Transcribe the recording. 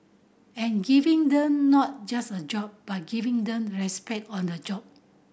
and giving them not just a job but giving them respect on the job